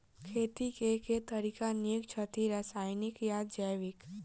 खेती केँ के तरीका नीक छथि, रासायनिक या जैविक?